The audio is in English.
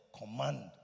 command